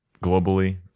globally